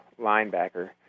linebacker